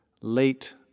Late